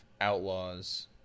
outlaws